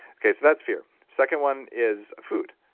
okay, so that's fear second one is food,